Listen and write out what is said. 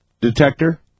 detector